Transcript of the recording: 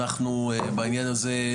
אנחנו בעניין הזה,